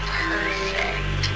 perfect